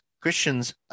Christians